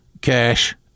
cash